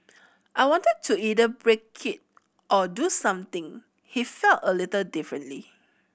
I wanted to either break it or do something he felt a little differently